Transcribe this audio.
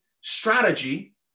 strategy